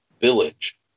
village